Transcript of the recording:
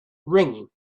ringing